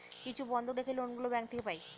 কিছু বন্ধক রেখে লোন গুলো ব্যাঙ্ক থেকে পাই